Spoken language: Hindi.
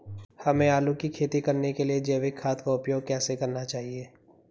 हमें आलू की खेती करने के लिए जैविक खाद का उपयोग कैसे करना चाहिए?